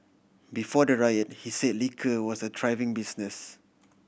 before the riot he said liquor was a thriving business